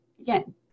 Again